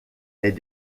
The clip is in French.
est